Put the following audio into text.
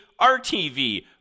RTV